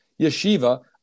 Yeshiva